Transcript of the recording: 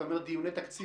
אתה מדבר על דיוני תקציב,